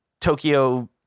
Tokyo